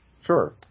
Sure